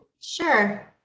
Sure